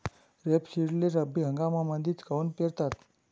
रेपसीडले रब्बी हंगामामंदीच काऊन पेरतात?